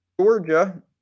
Georgia